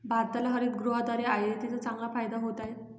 भारताला हरितगृहाद्वारे आयातीचा चांगला फायदा होत आहे